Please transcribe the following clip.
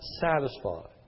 satisfied